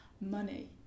money